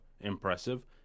impressive